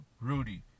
Rudy